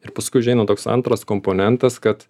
ir paskui užeina toks antras komponentas kad